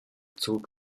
zog